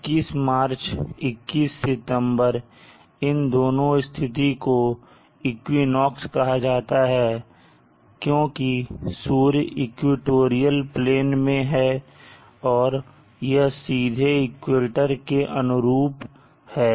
21 मार्च और 21 सितंबर इन दोनों स्थिति को इक्विनोक्स कहा जाता है क्योंकि सूर्य इक्वेटोरियल प्लेन में है और यह सीधे इक्वेटर के अनुरूप है